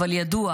אבל ידוע: